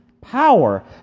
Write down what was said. power